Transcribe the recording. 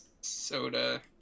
soda